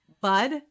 Bud